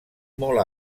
molt